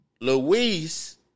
Luis